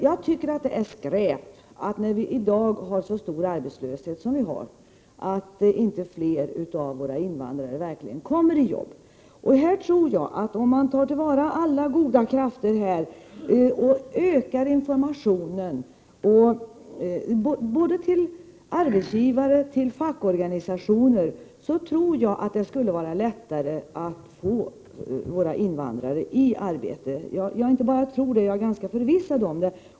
När vi har så stor arbetskraftsbrist som vi faktiskt har är det skräp att inte fler av våra invandrare verkligen kommer ut i arbetslivet. Om vi tar till vara alla goda krafter och ökar informationen både till arbetsgivare och till fackorganisationer tror jag att det skulle vara lättare att få våra invandrare ut i arbetslivet — jag inte bara tror det, jag är förvissad om det.